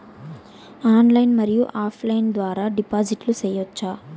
Online మరియు offline ద్వారా డిపాజిట్లు సేయొచ్చా?